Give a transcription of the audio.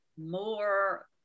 more